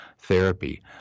therapy